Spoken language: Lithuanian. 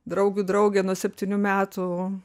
draugių draugė nuo septynių metų